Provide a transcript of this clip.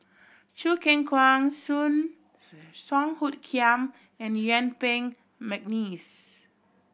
Choo Keng Kwang Soon Song Hoot Kiam and Yuen Peng McNeice